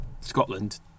Scotland